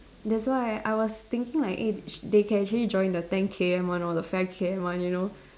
that's why I was thinking like eh sh~ they can actually join the ten K_M one or the five K_M one you know